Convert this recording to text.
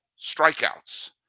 strikeouts